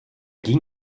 ging